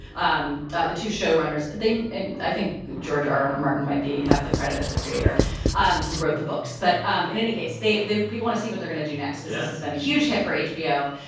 um the the two showrunners, they i think george r r. martin might be have the credit as the creator um who wrote the books. but um in any case, they they people want to see what they're going to do next because. yeah. this has been a huge hit for hbo.